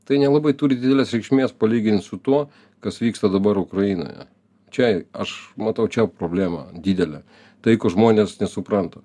tai nelabai turi didelės reikšmės palygint su tuo kas vyksta dabar ukrainoje čia aš matau čia problemą didelę tai ko žmonės nesupranta